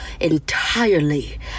entirely